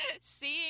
Seeing